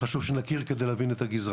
שנכיר כדי שנכיר את הגזרה.